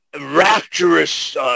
rapturous